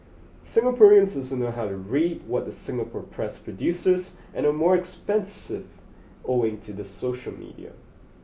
Singaporeans also know how to read what the Singapore press produces and are more expressive owing to the social media